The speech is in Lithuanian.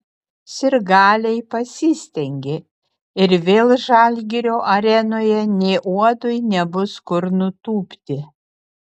sirgaliai pasistengė ir vėl žalgirio arenoje nė uodui nebus kur nutūpti